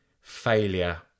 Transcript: failure